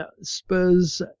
Spurs